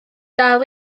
dal